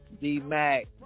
D-Mac